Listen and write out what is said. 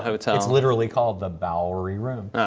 show. it's ah it's literally called the bowery room.